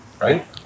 Right